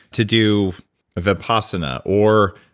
to do vipassana, or,